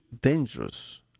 dangerous